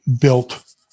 built